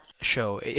show